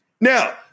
Now